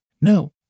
No